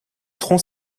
tronc